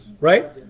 Right